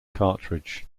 cartridge